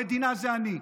המדינה זה אני.